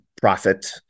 profit